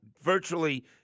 virtually –